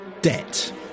debt